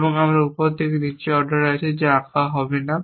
এবং আমি উপর থেকে নিচে অর্ডার আছে যা আঁকা হবে না